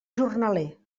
jornaler